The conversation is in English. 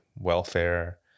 welfare